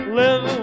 live